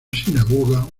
sinagoga